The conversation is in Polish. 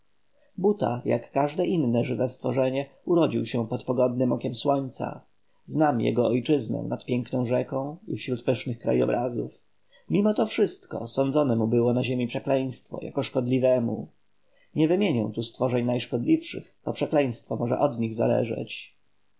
buta jak każde inne żywe stworzenie urodził się pod pogodnem okiem słońca znam jego ojczyznę nad piękną rzeką i wśród pysznych krajobrazów mimo to wszystko sądzone mu było na ziemi przekleństwo jako szkodliwemu nie wymienię tu stworzeń najszkodliwszych bo przekleństwo może od nich zależeć